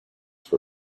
for